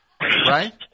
Right